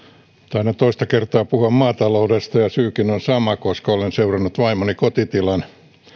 taidan toista kertaa puhua maataloudesta ja syykin on sama koska olen seurannut vaimoni kotitilan